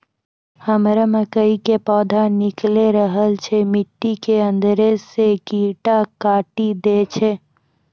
हमरा मकई के पौधा निकैल रहल छै मिट्टी के अंदरे से कीड़ा काटी दै छै?